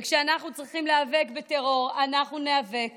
וכשאנחנו צריכים להיאבק בטרור, אנחנו ניאבק